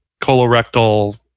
colorectal